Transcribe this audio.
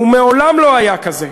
הוא מעולם לא היה כזה.